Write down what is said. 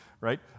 right